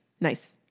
Nice